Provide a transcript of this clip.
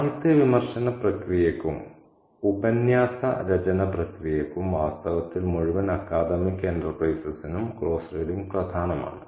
സാഹിത്യ വിമർശന പ്രക്രിയയ്ക്കും ഉപന്യാസ രചന പ്രക്രിയയ്ക്കും വാസ്തവത്തിൽ മുഴുവൻ അക്കാദമിക് എന്റർപ്രൈസസിനും ക്ലോസ് റീഡിങ് പ്രധാനമാണ്